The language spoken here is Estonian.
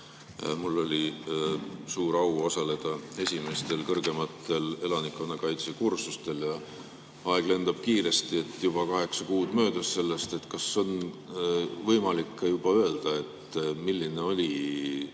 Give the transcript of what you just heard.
Mul oli suur au osaleda esimestel kõrgematel elanikkonnakaitsekursustel. Aeg lendab kiiresti, juba kaheksa kuud on möödas sellest. Kas on võimalik ka öelda, milline oli